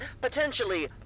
potentially